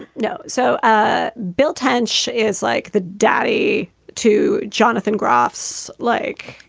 no. so ah bill tench is like the daddy to jonathan groff's, like,